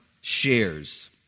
shares